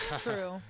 true